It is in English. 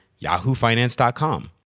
yahoofinance.com